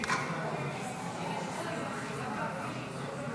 ההסתייגות הוסרה.